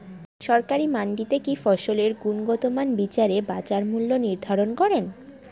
সরকারি মান্ডিতে কি ফসলের গুনগতমান বিচারে বাজার মূল্য নির্ধারণ করেন?